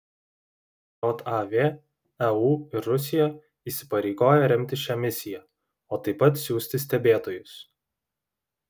jav eu ir rusija įsipareigoja remti šią misiją o taip pat siųsti stebėtojus